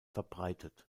verbreitet